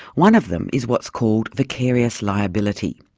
one of them is what's called vicarious liability,